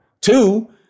Two